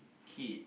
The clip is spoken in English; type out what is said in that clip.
kid